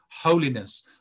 holiness